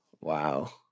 Wow